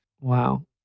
Wow